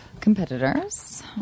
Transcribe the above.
competitors